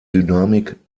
dynamik